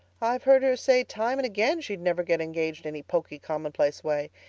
i've heard her say time and again she'd never get engaged any poky commonplace way.